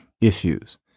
issues